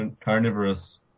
carnivorous